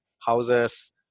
houses